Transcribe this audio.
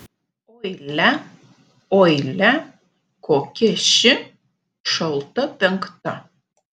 oi lia oi lia kokia ši šalta penkta